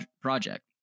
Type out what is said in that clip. project